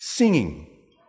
Singing